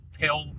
pill